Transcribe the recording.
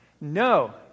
no